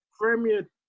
Premier